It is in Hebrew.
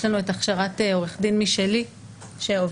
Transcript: יש לנו את הכשרת עורך דין משלי שעובר